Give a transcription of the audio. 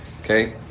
Okay